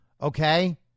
Okay